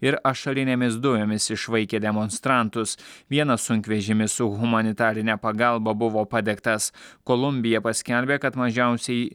ir ašarinėmis dujomis išvaikė demonstrantus vieną sunkvežimį su humanitarine pagalba buvo padegtas kolumbija paskelbė kad mažiausiai